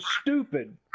stupid